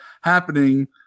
happening